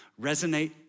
Resonate